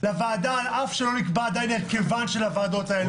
לוועדה על אף שלא נקבע עדיין הרכבן של הוועדה הזאת.